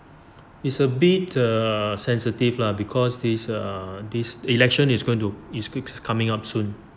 it's a bit err sensitive lah because this err this election is going to is quick is coming up soon